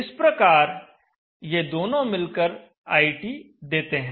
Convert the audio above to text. इस प्रकार ये दोनों मिलकर IT देते हैं